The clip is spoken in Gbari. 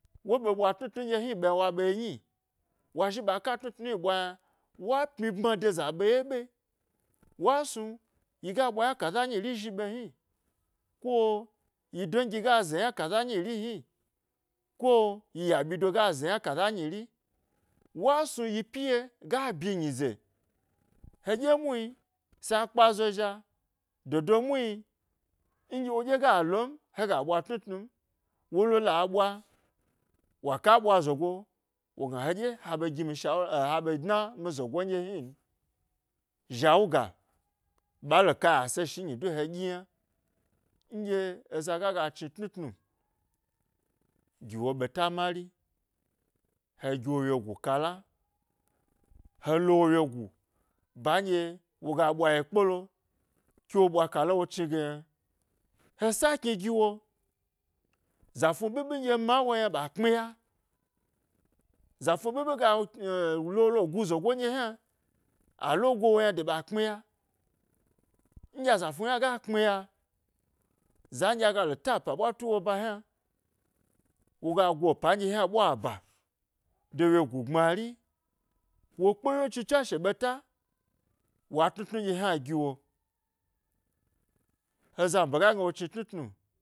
Wo ɓe ɓwa tnutnu, nɗye hni ɓe yna wa ɓe yi nyi, wa ka tnutnu hni ɓwa yna, wa pmyi bma de zaɓeye ɓe, wa snuyi ga ɓwa yna kaza nyiri zhi ɓe hni ko dangi gaze yna kazanyiri hni, ko yi ya ɓyi do ga ze yna kaza nyi ri, wa snu yi pyi ye ga bi nyize, heɗye muhni sa kpa zo zha dodo muhni nɗye woɗye ga lom, hega ɓwa tnutnu ni, wolo la ɓwa tnutnut ni, wolo la ɓwa, wa ka ɓwa zoge heɗye heɓe gimi shawul ha ɓe dna mi zogo nɗye hnin zhawuga ɓalo kaya se shi nyi du he ɗyi yna, nɗye eza gaga chni tnutnu giwo ɓeta mari hegiwo wyegu kala, wo lo wye ba nɗye woga ɓwa ye kpdo ke wo ɓwa kala wo chni ge wo chni ge yna, he sakni giwo zafnu ɓiɓi nɗye mawo yna ɓa kpmi ya za fnu ɓiɓi ga eh lo wolo gu zogo nɗye yna alo gowom yna ɓa kpmi ya nɗye a zafnu hna ga kpmi ya za nɗye agalo ta pa hna ɓwatu woba yna, woga go epa hna ɓwa ba de wyegu gbmari wo kpe wye chi tswashe ɓeta wa tnu tnu nɗye hna giwo he zam ɓe ga gna woga chni tnutnu.